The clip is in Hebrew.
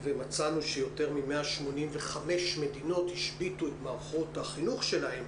מצאנו שיותר מ-185 מדינות השביתו את מערכות החינוך שלהן.